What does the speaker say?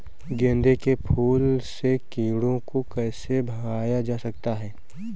गेंदे के फूल से कीड़ों को कैसे भगाया जा सकता है?